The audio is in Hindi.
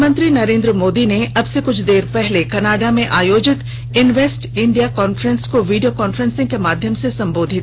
प्रधानमंत्री नरेंद्र मोदी ने अब से कुछ देर पहले कनाडा में आयोजित इनवेस्ट इंडिया कांफ्रेस को वीडियो कान्फ्रेंसिंग के माध्यम से किया संबोधित